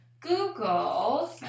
Google